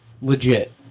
legit